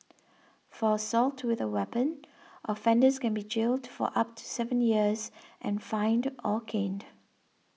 for assault with a weapon offenders can be jailed for up to seven years and fined or caned